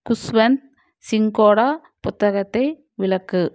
குஷ்வந்த் சிங்கோடய புத்தகத்தை விளக்கு